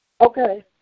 Okay